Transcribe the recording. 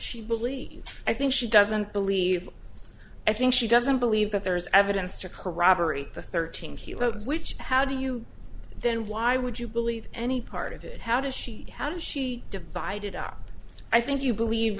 she believe i think she doesn't believe i think she doesn't believe that there's evidence to corroborate the thirteen he loads which how do you then why would you believe any part of it how does she have and she divided up i think you believe